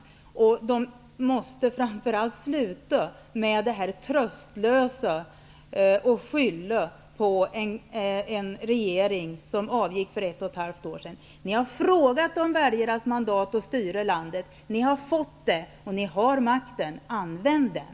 Framför allt måste den sluta upp med sitt tröstlösa handlande -- man skyller ju på en regering som av gick för ett och ett halvt år sedan. Ni har bett väljarna om mandat att styra landet. Det mandatet har ni fått, och ni har makten. An vänd den!